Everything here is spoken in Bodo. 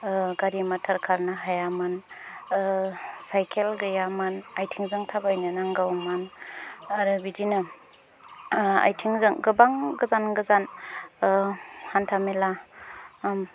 गारि मथर खारनो हायामोन साइकेल गैयामोन आथिंजों थाबायनो नांगौमोन आरो बिदिनो आथिंजों गोबां गोजान गोजान हान्थामेला